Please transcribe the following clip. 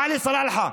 עלי סלאלחה,